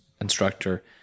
instructor